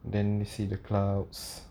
then see the clouds